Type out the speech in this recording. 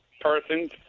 persons